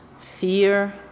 fear